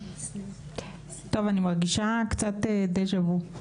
טוב אני מרגישה קצת דה-ז'ה-וו.